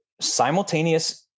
simultaneous